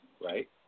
right